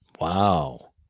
Wow